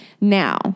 Now